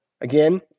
Again